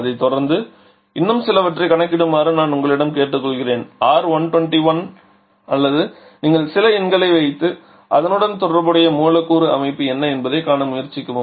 அதை தொடர்ந்து இன்னும் சிலவற்றைக் கணக்கிடுமாறு நான் உங்களிடம் கேட்டுக்கொள்கிறேன் R121 அல்லது நீங்கள் சில எண்களை வைத்து அதனுடன் தொடர்புடைய மூலக்கூறு அமைப்பு என்ன என்பதைக் காண முயற்சிக்கவும்